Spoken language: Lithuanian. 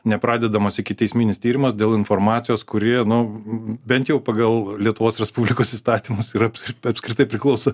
nepradedamas ikiteisminis tyrimas dėl informacijos kuri nu bent jau pagal lietuvos respublikos įstatymus ir apskritai apskritai priklauso